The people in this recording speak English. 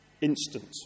instant